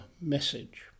message